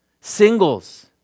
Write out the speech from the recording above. Singles